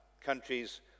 countries